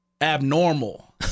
abnormal